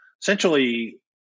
essentially